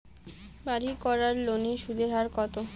বাড়ির করার লোনের সুদের হার কত?